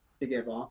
together